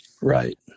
Right